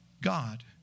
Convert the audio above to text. God